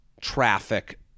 traffic